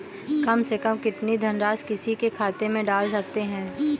कम से कम कितनी धनराशि किसी के खाते में डाल सकते हैं?